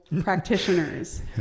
practitioners